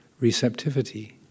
receptivity